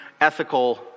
ethical